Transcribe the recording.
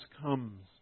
comes